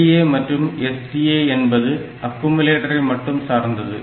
LDA மற்றும் STA என்பது அக்குமுலேட்டரை மட்டும் சார்ந்தது